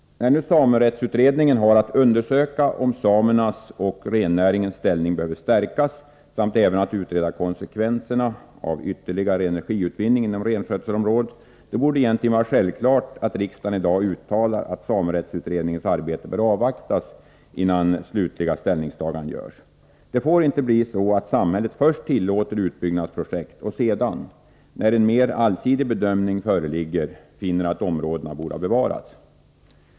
När nu samerättsutredningen har att undersöka om samernas och rennäringens ställning behöver stärkas samt även att utreda konsekvenserna av ytterligare energiutvinning inom renskötselområdet borde det egentligen vara självklart att riksdagen i dag uttalar att samerättsutredningens arbete bör avvaktas innan slutliga ställningstaganden görs. Det får inte bli så att samhället först tillåter utbyggnadsprojekt och sedan — när en mer allsidig bedömning föreligger — finner att områdena borde ha bevarats.